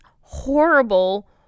horrible